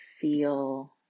feel